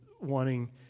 wanting